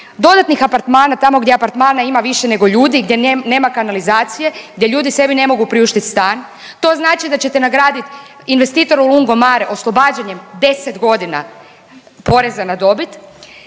dodatnih apartmana tamo gdje apartmana ima više nego ljudi, gdje nema kanalizacije, gdje ljudi sebi ne mogu priuštiti stan, to znači da ćete nagraditi investitor Lungomare oslobađanjem 10 godina poreza na dobit,